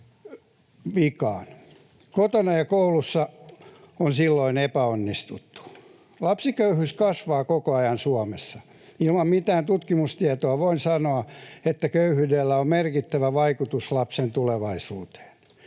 Kotona ja koulussa on silloin epäonnistuttu. Lapsiköyhyys kasvaa koko ajan Suomessa. Ilman mitään tutkimustietoa voin sanoa, että köyhyydellä on merkittävä vaikutus lapsen tulevaisuuteen.